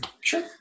Sure